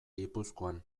gipuzkoan